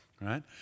right